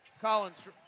Collins